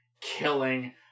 killing